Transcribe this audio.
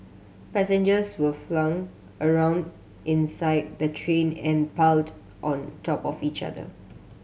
passengers were flung around inside the train and piled on top of each other